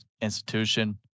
institution